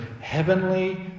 heavenly